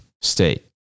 state